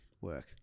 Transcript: work